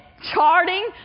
charting